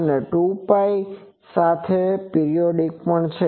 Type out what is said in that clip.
અને 2Π સાથે પીરીયોડીક પણ છે